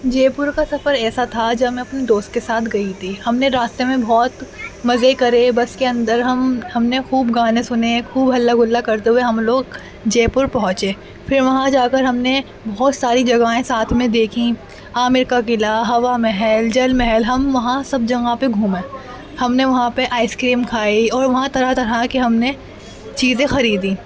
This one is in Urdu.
جے پور کا سفر ایسا تھا جب میں اپنے دوست کے ساتھ گئی تھی ہم نے راستے میں بہت مزے کرے بس کے اندر ہم نے خوب گانے سنے خوب ہلا گلا کرتے ہوئے ہم لوگ جے پور پہنچے پھر وہاں جا کر ہم نے بہت ساری جگہیں ساتھ میں دیکھیں عامر کا قلعہ ہوا محل جل محل ہم وہاں سب جگہوں پہ گھومے ہم نے وہاں پہ آئس کریم کھائی اور وہاں طرح طرح کے ہم نے چیزیں خریدیں